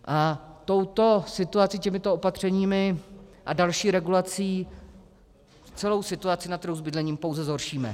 A touto situací, těmito opatřeními a další regulací celou situaci na trhu s bydlením pouze zhoršíme.